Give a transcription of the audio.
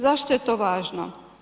Zašto je to važno?